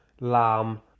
Lamb